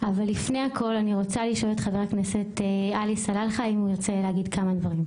אבל לפני הכול, חבר הכנסת עלי סלאלחה, בבקשה.